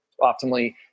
optimally